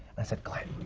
i said, glenn,